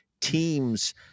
teams